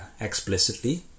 explicitly